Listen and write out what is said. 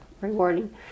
rewarding